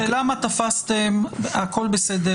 השאלה מה תפסתם, הכול בסדר.